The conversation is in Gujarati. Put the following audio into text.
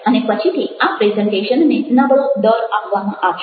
અને પછીથી આ પ્રેઝન્ટેશનને નબળો દર આપવામાં આવશે